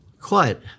quiet